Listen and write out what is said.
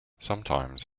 sometimes